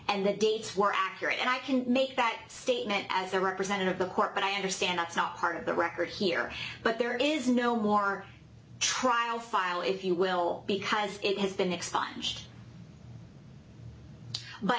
and the dates were accurate and i can make that statement as a representative of the court but i understand that's not part of the record here but there is no more trial file if you will because it has been expunged but